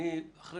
אחרי